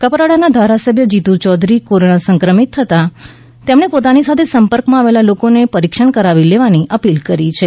કપરાડાના ધારાસભ્ય જીતુ ચૌધરી કોરોના સંક્રમિત થતાં તેમણે પોતાની સાથે સંપર્ક માં આવેલા લોકો ને ટેસ્ટ કરવી લેવાની અપીલ કરી છે